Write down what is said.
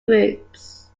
groups